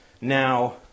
Now